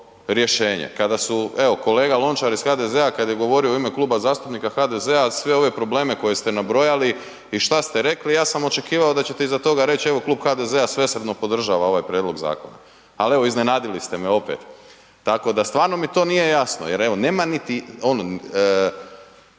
rješenje. Kada su evo kolega Lončar iz HDZ-a, kad je govorio u ime Kluba zastupnika HDZ-a, sve ove probleme koje ste nabrojali i šta ste rekli, ja sam očekivao da ćete iza toga reći evo klub HDZ-a svesrdno podržava ovaj prijedlog zakona ali evo, iznenadili ste me opet. Tako da stvarno mi to nije jasno jer evo nema niti, ono